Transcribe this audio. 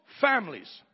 families